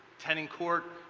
tending court,